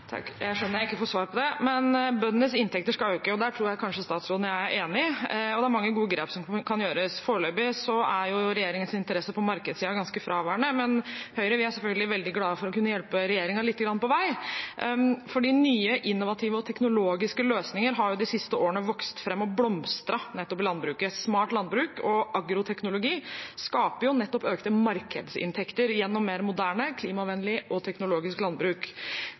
Jeg skjønner at jeg ikke får svar på spørsmålet. Bøndenes inntekter skal øke, der tror jeg kanskje statsråden og jeg er enige, og det er mange gode grep som kan gjøres. Foreløpig er regjeringens interesse på markedssiden ganske fraværende, men vi i Høyre er selvfølgelig veldig glad for å kunne hjelpe regjeringen lite grann på vei. Nye, innovative og teknologiske løsninger har de siste årene vokst fram og blomstret nettopp i landbruket. Smart landbruk og agroteknologi skaper nettopp økte markedsinntekter gjennom mer moderne, klimavennlig og teknologisk landbruk.